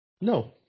No